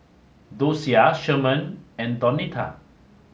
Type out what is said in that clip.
Dosia Sherman and Donita